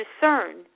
discern